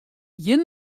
ien